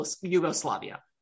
Yugoslavia